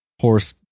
Horse